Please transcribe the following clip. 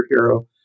superhero